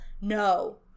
No